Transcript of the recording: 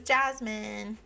Jasmine